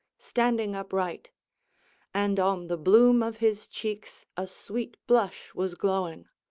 standing upright and on the bloom of his cheeks a sweet blush was glowing.